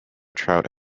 trout